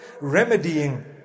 remedying